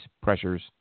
pressures